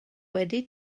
wedi